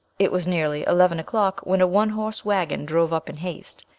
it was nearly eleven o'clock when a one-horse waggon drove up in haste,